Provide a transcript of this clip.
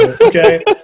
okay